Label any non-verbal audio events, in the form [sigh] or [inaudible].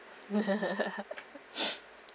[laughs] [breath]